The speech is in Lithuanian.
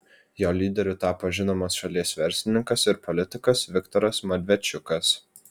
jo lyderiu tapo žinomas šalies verslininkas ir politikas viktoras medvedčiukas